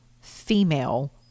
female